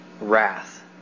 Wrath